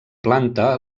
planta